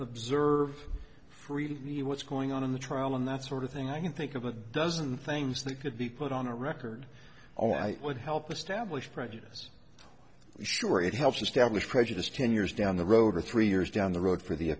observe freely what's going on in the trial and that sort of thing i can think of a dozen things that could be put on a record although i would help establish prejudice sure it helps establish prejudice ten years down the road or three years down the road for the